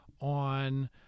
on